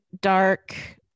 dark